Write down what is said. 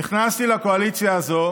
נכנסתי לקואליציה הזאת